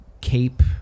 cape